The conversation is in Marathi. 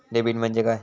डेबिट म्हणजे काय?